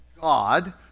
God